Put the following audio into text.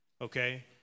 okay